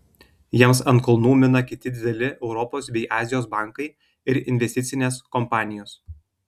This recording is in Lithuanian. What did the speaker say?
jiems ant kulnų mina kiti dideli europos bei azijos bankai ir investicinės kompanijos